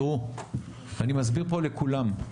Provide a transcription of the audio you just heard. תראו אני מסביר פה לכולם,